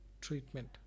treatment